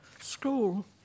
school